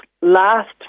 last